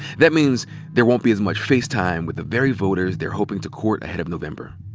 that means there won't be as much face time with the very voters they're hoping to court ahead of november.